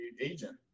agent